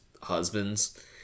husbands